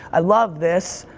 i love this,